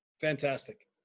fantastic